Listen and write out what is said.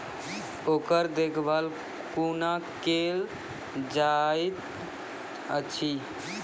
ओकर देखभाल कुना केल जायत अछि?